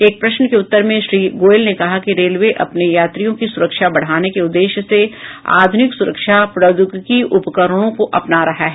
एक प्रश्न के उत्तर में श्री गोयल ने कहा कि रेलवे अपने यात्रियों की सुरक्षा बढ़ाने के उद्देश्य से आधुनिक सुरक्षा प्रौद्योगिकी उपकरणों को अपना रहा है